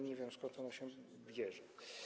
Nie wiem, skąd ono się bierze.